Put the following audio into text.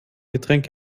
getränk